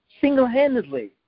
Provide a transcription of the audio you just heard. Single-handedly